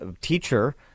teacher